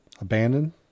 Abandoned